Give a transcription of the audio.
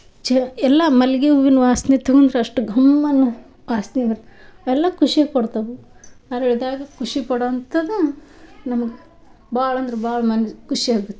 ಚೇ ಎಲ್ಲಾ ಮಲ್ಗೆ ಹೂವಿನ ವಾಸ್ನಿ ತಗೊಂಡ್ರೆ ಅಷ್ಟು ಘಮ್ಮನ್ನೊ ವಾಸ್ನೆ ಬರುತ್ತೆ ಎಲ್ಲ ಖುಷಿ ಕೊಡ್ತವು ಅರಳಿದಾಗ ಖುಷಿ ಕೊಡೊಂಥದ್ದು ನಮ್ಗೆ ಭಾಳ ಅಂದ್ರೆ ಭಾಳ ಮನ್ಸಿಗೆ ಖುಷಿ ಆಗುತ್ತೆ